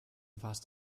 warst